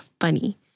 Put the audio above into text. funny